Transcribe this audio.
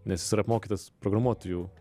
nes jis yra apmokytas programuotojų